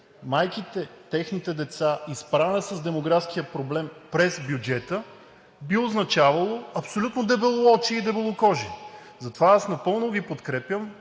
майките, техните деца и справяне с демографския проблем през бюджета, би означавало абсолютно дебелоочие и дебелокожие. Затова аз напълно Ви подкрепям